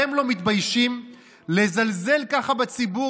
אתם לא מתביישים לזלזל ככה בציבור,